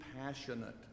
passionate